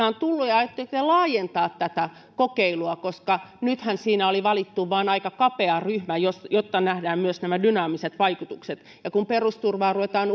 on tullut ja aiotteko laajentaa tätä kokeilua nythän siihen oli valittu vain aika kapea ryhmä jotta nähdään myös nämä dynaamiset vaikutukset kun perusturvaa ruvetaan